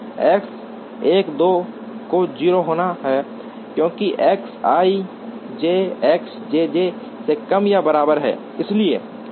X 1 2 को 0 होना है क्योंकि X ij X j j से कम या बराबर है